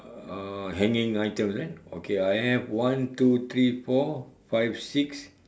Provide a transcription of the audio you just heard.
uh hanging items eh okay I have one two three four five six